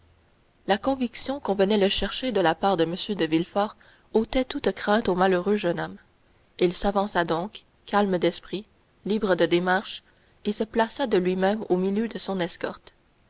la conviction qu'on venait le chercher de la part de m de villefort ôtait toute crainte au malheureux jeune homme il s'avança donc calme d'esprit libre de démarche et se plaça de lui-même au milieu de son escorte